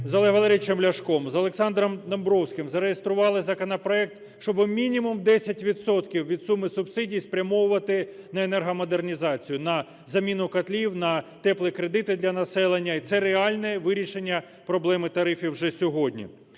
з Олегом Валерійовичем Ляшком, з Олександром Домбровським зареєстрували законопроект, щоб мінімум 10 відсотків від суми субсидій спрямовувати на енергомодернізацію: на заміну котлів, на "теплі кредити" для населення. І це реальне вирішення проблеми тарифів вже сьогодні.